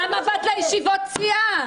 אז למה באת לישיבות הסיעה?